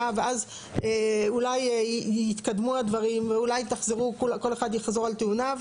ואז אולי יתקדמו הדברים ואולי כל אחד יחזור על טיעוניו,